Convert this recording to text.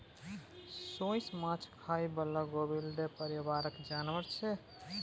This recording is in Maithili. सोंइस माछ खाइ बला गेबीअलीडे परिबारक जानबर छै